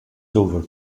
silver